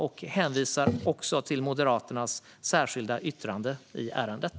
Jag hänvisar också till Moderaternas särskilda yttrande i ärendet.